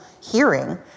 hearing